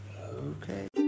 Okay